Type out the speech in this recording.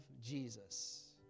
Jesus